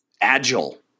agile